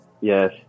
yes